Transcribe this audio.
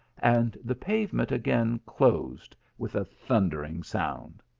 and the pavement again closed with a thundering sound.